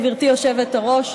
גברתי היושבת-ראש,